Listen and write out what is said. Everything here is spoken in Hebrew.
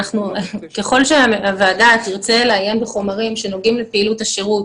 ככל שהוועדה תרצה לעיין בחומרים שנוגעים לפעילות השירות